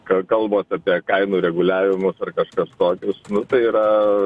ka kalbos apie kainų reguliavimus ar kažkas tokius tai yra